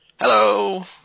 Hello